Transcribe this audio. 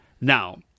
Now